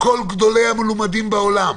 כל גדולי המלומדים בעולם.